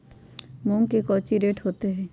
मूंग के कौची रेट होते हई?